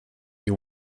you